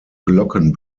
glocken